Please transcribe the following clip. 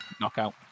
Knockout